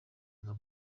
nka